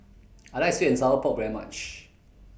I like Sweet and Sour Pork very much